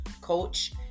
coach